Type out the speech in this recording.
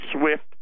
SWIFT